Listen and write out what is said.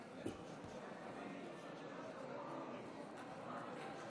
הכנסת, להלן תוצאות ההצבעה: בעד,